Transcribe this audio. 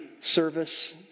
service